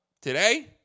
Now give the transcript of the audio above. today